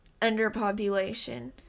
underpopulation